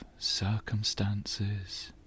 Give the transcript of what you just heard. circumstances